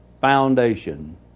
foundation